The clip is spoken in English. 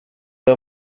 the